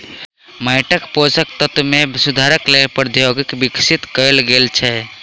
माइटक पोषक तत्व मे सुधारक लेल प्रौद्योगिकी विकसित कयल गेल छै